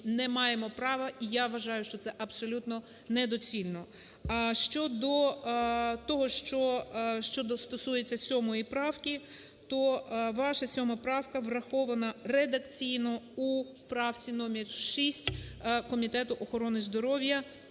не маємо права. І я вважаю, що це абсолютно не доцільно. Щодо того, що стосується 7 правки. То ваша 7 правка врахована редакційно у правці № 6 Комітету охорони здоров'я